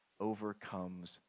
overcomes